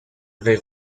livrée